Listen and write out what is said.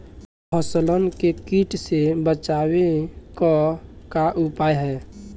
फसलन के कीट से बचावे क का उपाय है?